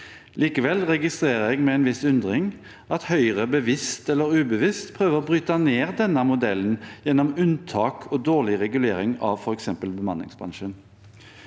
Likevel registrerer jeg med en viss undring at Høyre bevisst eller ubevisst prø ver å bryte ned denne modellen gjennom unntak og dårlig regulering, f.eks. av bemanningsbransjen.